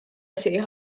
sejħa